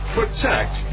protect